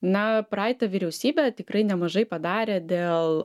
na praeita vyriausybė tikrai nemažai padarė dėl